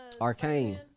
Arcane